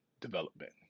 development